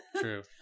true